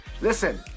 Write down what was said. Listen